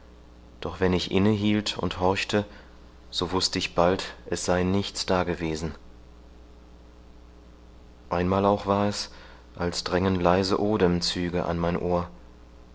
doch wenn ich inne hielt und horchte so wußte ich bald es sei nichts da gewesen einmal auch war es als drängen leise odemzüge an mein ohr